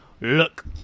look